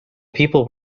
people